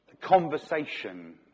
conversation